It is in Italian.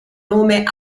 nome